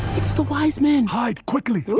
the wise men. hide quickly.